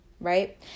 Right